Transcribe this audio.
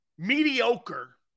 mediocre